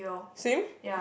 same